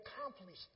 accomplished